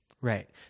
Right